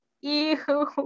ew